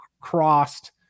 crossed